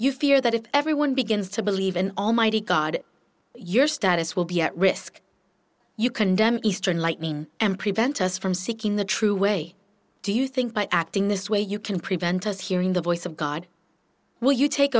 you fear that if everyone begins to believe in almighty god your status will be at risk you condemn eastern lightning and prevent us from seeking the true way do you think by acting this way you can prevent us hearing the voice of god will you take